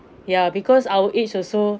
ya because our age also